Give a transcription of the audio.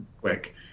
quick